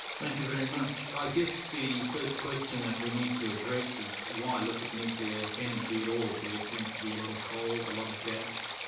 thank you very much. i guess the first question that we need to address is why look at nuclear energy at all there seems to be a lot of coal, a lot of gas.